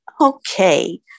Okay